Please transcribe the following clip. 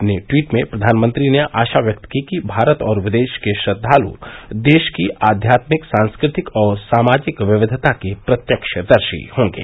अपने ट्वीट में प्रधानमंत्री ने आशा व्यक्त की कि भारत और विदेश के श्रद्वालु देश की अध्यात्मिक सांस्कृतिक और सामाजिक विविधता के प्रत्यक्षदर्शी होंगे